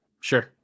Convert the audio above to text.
Sure